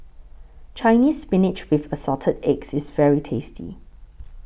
Chinese Spinach with Assorted Eggs IS very tasty